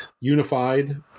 Unified